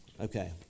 Okay